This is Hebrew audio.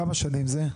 כמה שנים זה?